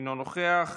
אינו נוכח,